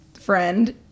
friend